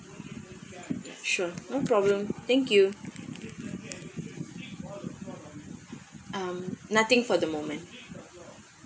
sure no problem thank you um nothing for the moment